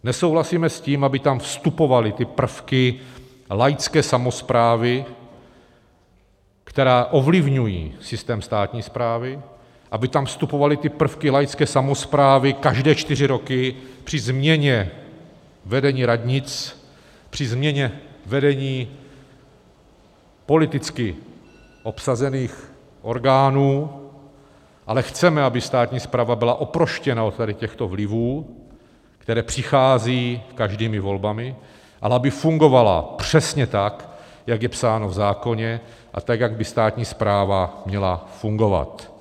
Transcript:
Nesouhlasíme s tím, aby tam vstupovaly prvky laické samosprávy, které ovlivňují systém státní správy, aby tam vstupovaly prvky laické samosprávy každé čtyři roky při změně vedení radnic, při změně vedení politicky obsazených orgánů, ale chceme, aby státní správa byla oproštěna od těchto vlivů, které přicházejí s každými volbami, ale aby fungovala přesně tak, jak je psáno v zákoně, a tak, jak by státní správa měla fungovat.